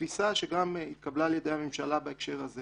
התפיסה שגם התקבלה על ידי הממשלה בהקשר הזה